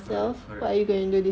correct correct